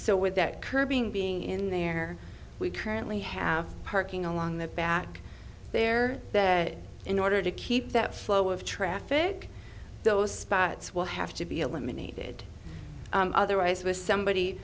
with that curbing being in there we currently have parking along the back they're that in order to keep that flow of traffic those spots will have to be eliminated otherwise with somebody